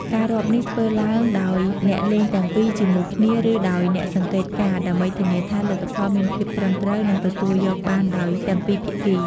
ការរាប់នេះធ្វើឡើងដោយអ្នកលេងទាំងពីរជាមួយគ្នា ឬដោយអ្នកសង្កេតការណ៍ ដើម្បីធានាថាលទ្ធផលមានភាពត្រឹមត្រូវ និងទទួលយកបានដោយទាំងពីរភាគី។